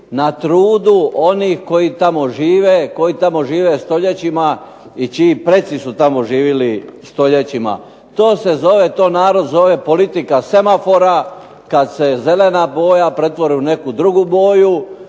na trudu onih koji tamo žive stoljećima i čiji preci su tamo živjeli stoljećima. To nazor zove politika semafora kad se zelena boja pretvori u neku drugu boju,